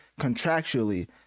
contractually